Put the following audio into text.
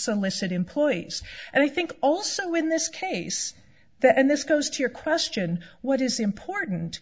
solicit employees and i think also in this case that and this goes to your question what is important